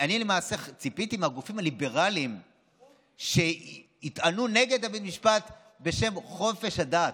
אני למעשה ציפיתי מהגופים הליברליים שיטענו נגד בית המשפט בשם חופש הדת.